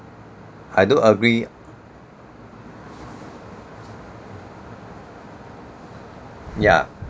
I do agree yeah